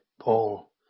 Paul